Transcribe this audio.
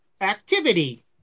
activity